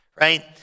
right